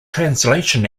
translation